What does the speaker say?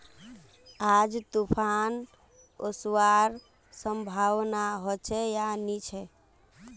आज तूफ़ान ओसवार संभावना होचे या नी छे?